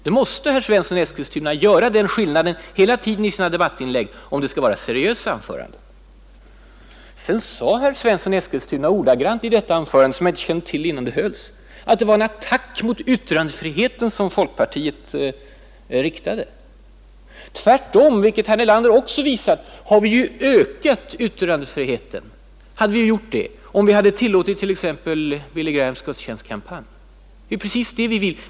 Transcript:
Herr Svensson i Eskilstuna måste göra den skillnaden hela tiden i sina debattinlägg om det skall vara seriösa anföranden. Sedan sade herr Svensson i Eskilstuna ordagrant i detta anförande — något som jag inte heller kände till innan det hölls — att det var en ”attack mot yttrandefriheten” som folkpartiet riktade. Tvärtom — vilket herr Nelander också visat — vill vi ju öka yttrandefriheten. Vi hade gjort det om man hade tillåtit t.ex. Billy Grahams gudstjänstkampanj.